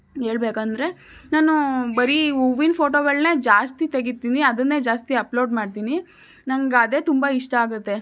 ಹೇಳ್ಬೇಕಂದ್ರೆ ನಾನು ಬರೀ ಹೂವಿನ ಫೋಟೋಗಳನ್ನೇ ಜಾಸ್ತಿ ತೆಗಿತೀನಿ ಅದನ್ನೇ ಜಾಸ್ತಿ ಅಪ್ಲೋಡ್ ಮಾಡ್ತೀನಿ ನನ್ಗೆ ಅದೇ ತುಂಬ ಇಷ್ಟ ಆಗುತ್ತೆ